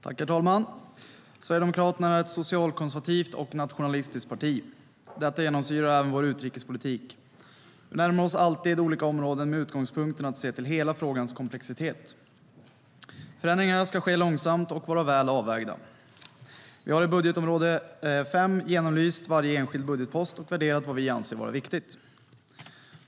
Herr talman! Sverigedemokraterna är ett socialkonservativt och nationalistiskt parti. Detta genomsyrar vår utrikespolitik. Vi närmar oss alltid olika områden med utgångspunkten att se till hela frågans komplexitet. Förändringar ska ske långsamt och vara väl avvägda. Vi har i budgetområde 5 genomlyst varje enskild budgetpost fördelat på vad vi anser vara viktigt.